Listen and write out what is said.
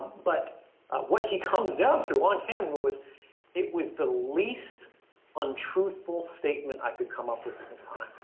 but what he comes down to on-camera was it was the least untruthful statement i could come up with at the time.